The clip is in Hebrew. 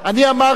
אני אמרתי,